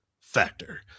factor